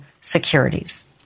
securities